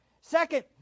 Second